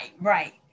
right